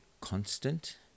constant